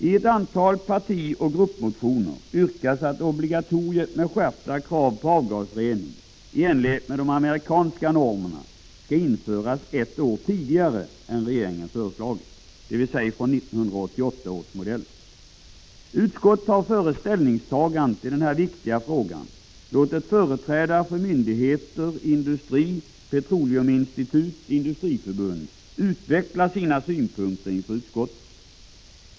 I ett antal partioch gruppmotioner yrkas att obligatoriet med skärpta krav på avgasrening i enlighet med de amerikanska normerna skall införas ett år tidigare än regeringen föreslagit, dvs. fr.o.m. 1988 års modeller. Utskottet har före ställningstagandet i denna viktiga fråga låtit företrädare för myndigheter, bilindustrin, Petroleum Institutet och Industriförbundet utveckla sina synpunkter inför utskottet.